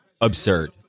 absurd